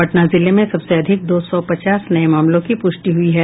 पटना जिले में सबसे अधिक दो सौ पचास नये मामलों की पुष्टि हुई है